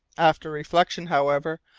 after reflection, however,